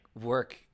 work